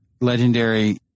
legendary